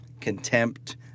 contempt